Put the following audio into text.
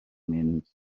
mynd